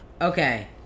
Okay